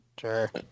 Sure